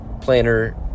planner